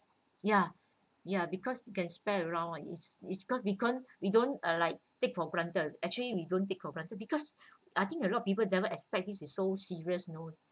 ya ya because you can spread around it's it's because we can't we don't ah like take for granted actually we don't take for granted because I think a lot of people never expect this it's so serious you know